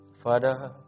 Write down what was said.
Father